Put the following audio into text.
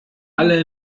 alle